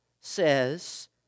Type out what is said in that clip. says